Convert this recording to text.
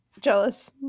jealous